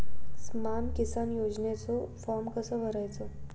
स्माम किसान योजनेचो फॉर्म कसो भरायचो?